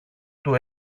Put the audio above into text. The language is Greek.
του